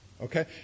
Okay